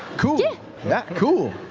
cool, yeah cool,